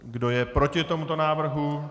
Kdo je proti tomuto návrhu?